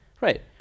Right